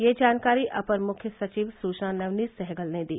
यह जानकारी अपर मुख्य सचिव सूचना नवनीत सहगल ने दी